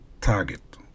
target